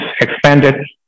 expanded